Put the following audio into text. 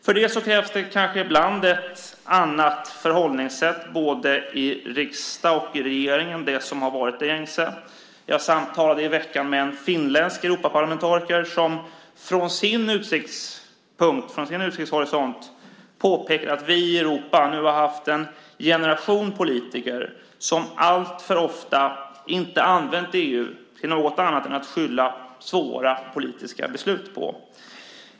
För det krävs ibland ett annat förhållningssätt både i riksdag och i regering än det som har varit gängse. Jag hade samtal i veckan med en finländsk Europaparlamentariker som från sin utsiktshorisont påpekade att vi i Europa nu har haft en generation politiker som alltför ofta inte använt EU till något annat än till att skylla svåra politiska beslut på.